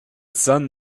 sun